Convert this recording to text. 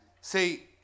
See